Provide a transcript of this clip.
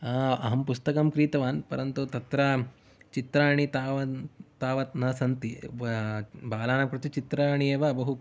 अहं पुस्तकं क्रीतवान् परन्तु तत्र चित्राणि तावन् तावत् न सन्ति बालानां कृते चित्राणि एव बहु